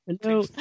hello